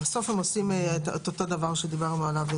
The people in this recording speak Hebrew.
עושים את אותו הדבר שדיברנו עליו.